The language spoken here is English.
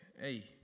hey